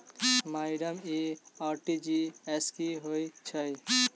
Madam इ RTGS की होइ छैय?